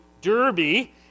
Derby